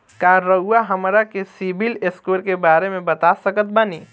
का रउआ हमरा के सिबिल स्कोर के बारे में बता सकत बानी?